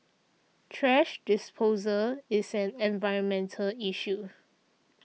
thrash disposal is an environmental issue